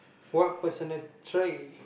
what personal trend